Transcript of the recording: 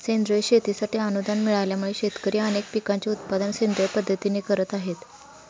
सेंद्रिय शेतीसाठी अनुदान मिळाल्यामुळे, शेतकरी अनेक पिकांचे उत्पादन सेंद्रिय पद्धतीने करत आहेत